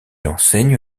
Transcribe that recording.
enseigne